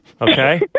Okay